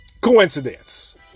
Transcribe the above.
Coincidence